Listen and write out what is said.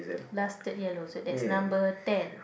lasted yellow so that's number ten